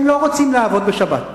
הם לא רוצים לעבוד בשבת,